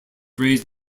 raised